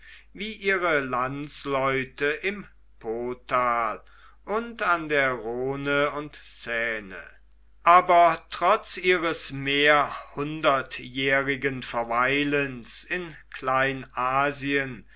wie ihre landsleute im potal und an der rhone und seine aber trotz ihres mehrhundertjährigen verweilens in kleinasien